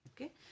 okay